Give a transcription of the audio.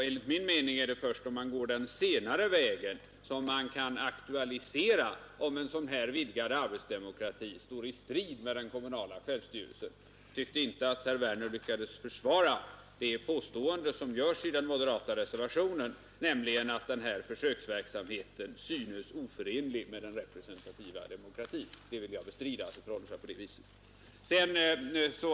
Enligt min mening är det först om man väljer den senare vägen som man kan aktualisera om en sådan här vidgad arbetsdemokrati står i strid med den kommunala självstyrelsen. Jag tyckte inte att herr Werner lyckades försvara det påstående som görs i den moderata reservationen, nämligen att denna försöksverksamhet synes oförenlig med den representativa demokratin. Jag vill bestrida att det förhåller sig så.